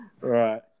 right